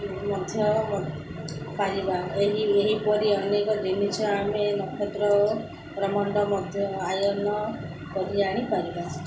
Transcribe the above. ମଧ୍ୟ ପାରିବା ଏହି ଏହିପରି ଅନେକ ଜିନିଷ ଆମେ ନକ୍ଷତ୍ର ଓ ବ୍ରହ୍ମାଣ୍ଡ ମଧ୍ୟ ଆୟନ କରି ଆଣିପାରିବା